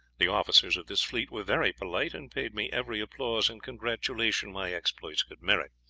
the officers of this fleet were very polite, and paid me every applause and congratulation my exploits could merit.